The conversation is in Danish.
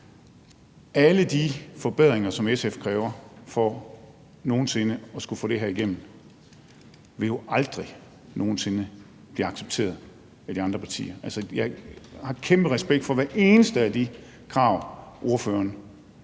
Alle de forbedringer, som SF kræver for nogen sinde at skulle få det her igennem, vil jo aldrig nogen sinde blive accepteret af de andre partier. Altså, jeg har kæmpe respekt for hvert eneste af de krav, ordføreren